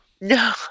No